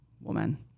woman